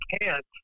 cant